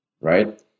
right